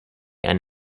and